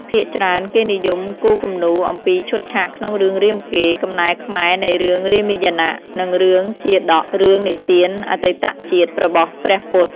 ភាគច្រើន គេនិយមគូរគំនូរអំពីឈុតឆាកក្នុង រឿងរាមកេរ្តិ៍ (កំណែខ្មែរនៃរឿងរាមាយណៈ) និង រឿងជាតក (រឿងនិទានអតីតជាតិរបស់ព្រះពុទ្ធ)។